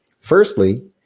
firstly